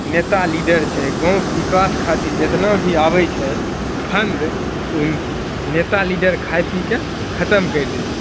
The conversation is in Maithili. नेता लीडर छै गाँवके बिकास खातिर जितना भी आबैत छै फंड ओ नेता लीडर खाय पीके खतम करि दै छै